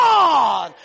God